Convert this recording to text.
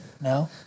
No